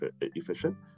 efficient